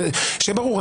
שיהיה ברור,